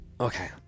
okay